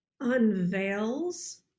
unveils